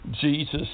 Jesus